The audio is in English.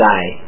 Die